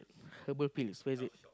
herbal pills where is it